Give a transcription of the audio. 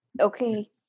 Okay